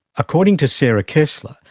according to sarah kessler,